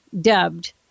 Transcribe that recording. dubbed